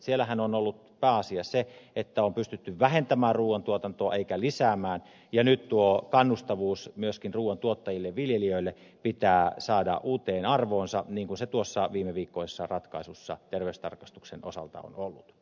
siellähän on ollut pääasia se että on pystytty vähentämään ruuantuotantoa eikä lisäämään ja nyt tuo kannustavuus myöskin ruuantuottajille viljelijöille pitää saada uuteen arvoonsa niin kuin se tuossa viimeviikkoisessa ratkaisussa terveystarkastuksen osalta on ollut